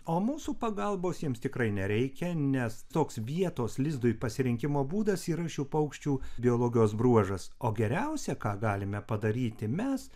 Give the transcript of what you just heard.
o mūsų pagalbos jiems tikrai nereikia nes toks vietos lizdui pasirinkimo būdas yra šių paukščių biologijos bruožas o geriausia ką galime padaryti mes